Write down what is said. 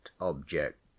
object